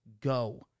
go